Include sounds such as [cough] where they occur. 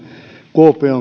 kuopioon [unintelligible]